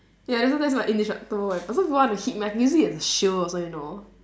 ya so that's my indestructible weapon so people want to hit must use it as a shield also you know